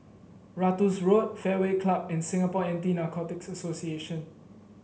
Ratus Road Fairway Club and Singapore Anti Narcotics Association